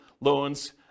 loans